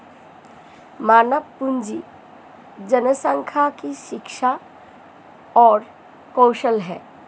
मानव पूंजी जनसंख्या की शिक्षा और कौशल है